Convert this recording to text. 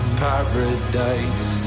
paradise